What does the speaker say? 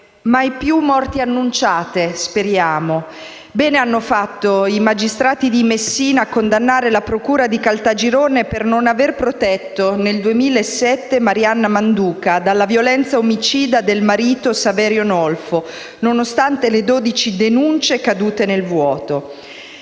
mai più morti annunciate, speriamo. Bene hanno fatto i magistrati di Messina a condannare la procura di Caltagirone per non aver protetto, nel 2007, Marianna Manduca dalla violenza omicida del marito Saverio Nolfo, nonostante le 12 denunce cadute nel vuoto.